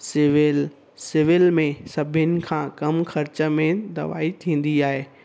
civil civil में सभिनि खां कम ख़र्च में दवाई थींदी आहे